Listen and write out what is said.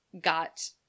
got